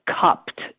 cupped